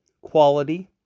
quality